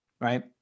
right